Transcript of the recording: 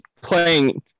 playing